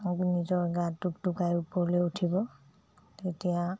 নিজৰ গাটো টুকটুকাই ওপৰলৈ উঠিব তেতিয়া